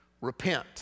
repent